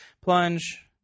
plunge